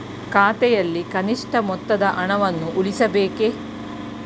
ಖಾತೆಯಲ್ಲಿ ಕನಿಷ್ಠ ಮೊತ್ತದ ಹಣವನ್ನು ಉಳಿಸಬೇಕೇ?